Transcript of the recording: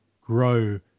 grow